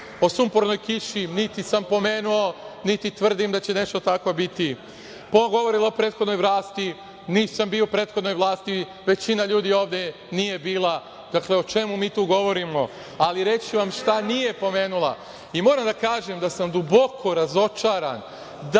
O sumpornoj kiši niti samo pomenuo, niti tvrdim da će nešto takvo biti. pa je govorila o prethodnoj vlasti. Nisam bio u prethodnoj vlasti, većina ljudi ovde nije bila. Dakle, o čemu mi to govorimo? Ali reći ću vam šta nije pomenula. Moram da vam kažem da sam duboko razočaran, danima